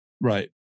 Right